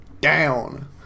down